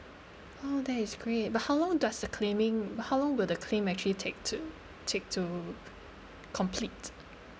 oh that is great but how long does the claiming how long will the claim actually take to take to complete